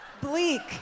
bleak